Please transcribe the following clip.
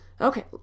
Okay